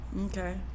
okay